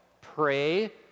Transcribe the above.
Pray